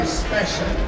special